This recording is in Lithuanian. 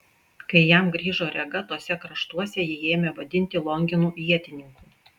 kai jam grįžo rega tuose kraštuose jį ėmė vadinti longinu ietininku